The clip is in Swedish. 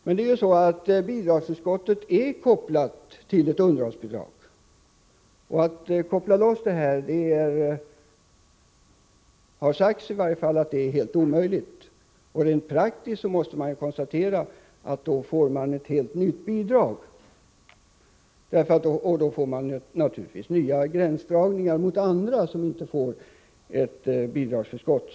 Men bidragsförskottet är kopplat till underhållsbidrag, och det har sagts att det är helt omöjligt att skilja på dem. Rent praktiskt kan jag konstatera att vi i så fall skulle få ett helt nytt bidrag och givetvis nya gränsdragningar mot sådana som inte får bidragsförskott.